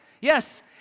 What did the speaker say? Yes